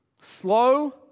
slow